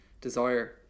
Desire